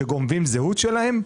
שגונבים זהות שלהם,